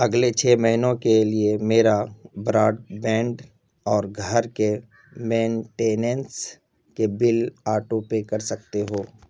اگلے چھ مہینوں کے لیے میرا براڈ بینڈ اور گھر کے مینٹیننس کے بل آٹو پے کر سکتے ہو